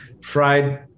fried